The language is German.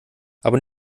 aber